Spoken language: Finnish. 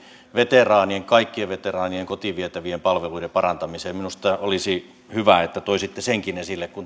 veteraanien kaikkien veteraanien kotiin vietävien palveluiden parantamiseen minusta olisi hyvä että toisitte senkin esille kun